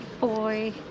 boy